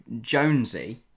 Jonesy